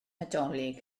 nadolig